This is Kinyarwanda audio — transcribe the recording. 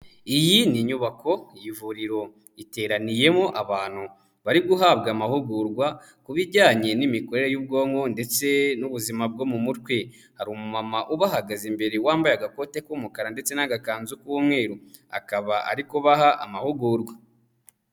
Iyi ni inyubako y'ivuriro, iteraniyemo abantu bari guhabwa amahugurwa ku bijyanye n'imikorere y'ubwonko ndetse n'ubuzima bwo mu mutwe. Hari umumama ubahagaze imbere wambaye agakote k'umukara ndetse n'agakanzu k'umweru, akaba ari kubaha amahugurwa.